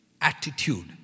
attitude